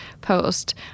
post